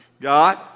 God